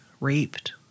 raped